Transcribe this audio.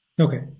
Okay